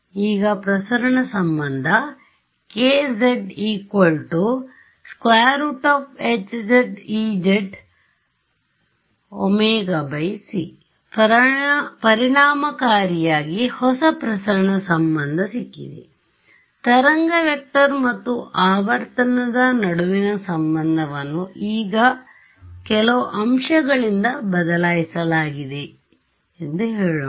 ಈಗ ಪ್ರಸರಣ ಸಂಬಂಧ z hz ez ωc ಪರಿಣಾಮಕಾರಿಯಾಗಿ ಹೊಸ ಪ್ರಸರಣ ಸಂಬಂಧ ಸಿಕ್ಕಿದೆ ತರಂಗ ವೆಕ್ಟರ್ ಮತ್ತು ಆವರ್ತನದ ನಡುವಿನ ಸಂಬಂಧವನ್ನು ಈಗ ಕೆಲವು ಅಂಶಗಳಿಂದ ಬದಲಾಯಿಸಲಾಗಿದೆ ಎಂದು ಹೇಳೋಣ